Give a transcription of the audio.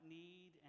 need